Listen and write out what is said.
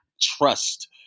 trust